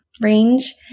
range